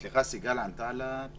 סליחה, סיגל ענתה על השאלות?